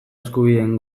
eskubideen